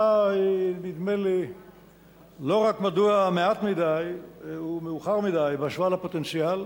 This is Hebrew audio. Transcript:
נדמה לי שהשאלה היא לא רק מדוע מעט מדי ומאוחר מדי בהשוואה לפוטנציאל,